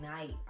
night